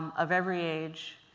um of every age,